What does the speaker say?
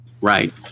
right